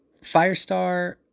Firestar